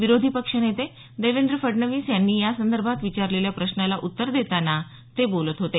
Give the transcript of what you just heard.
विरोधी पक्षनेते देवेंद्र फडणवीस यांनी यासंदर्भात विचारलेल्या प्रश्नाला उत्तर देताना ते बोलत होते